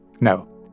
No